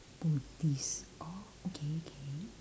buddhist oh okay okay